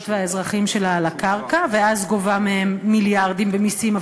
והאזרחים שלה על הקרקע ואז גובה מהם מיליארדים במסים.